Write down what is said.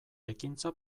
ekintza